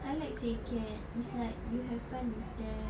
I like seh cats it's like you have fun with them